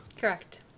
Correct